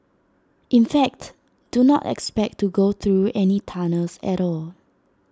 in fact do not expect to go through any tunnels at all